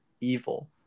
evil